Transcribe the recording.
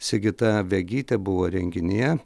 sigita vegytė buvo renginyje